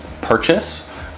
purchase